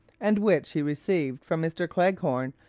and which he received from mr. cleghorn,